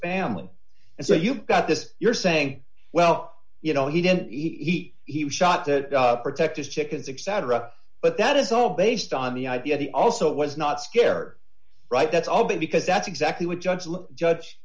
family and so you've got this you're saying well you know he didn't eat he was shot to protect his chickens exaggerate but that is all based on the idea he also was not scared right that's all because that's exactly what judge judge